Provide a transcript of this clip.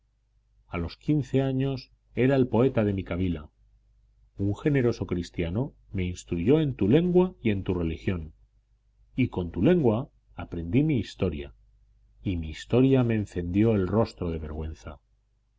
a los quince años era el poeta de mi cabila un generoso cristiano me instruyó en tu lengua y en tu religión y con tu lengua aprendí mi historia y mi historia me encendió el rostro de vergüenza